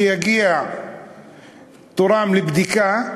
שיגיע תורם לבדיקה.